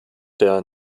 der